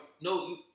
No